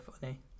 funny